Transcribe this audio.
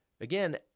Again